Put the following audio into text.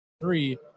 three